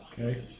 Okay